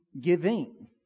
giving